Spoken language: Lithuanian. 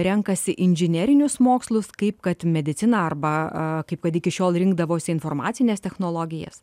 renkasi inžinerinius mokslus kaip kad mediciną arba kaip kad iki šiol rinkdavosi informacines technologijas